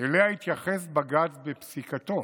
שאליה התייחס בג"ץ בפסיקתו.